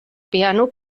piano